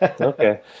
okay